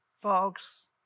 Folks